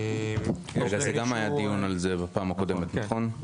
על זה גם היה דיון בפעם הקודמת, נכון?